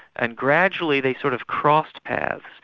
and gradually they sort of crossed paths,